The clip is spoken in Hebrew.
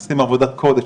הם עושים עבודת קודש,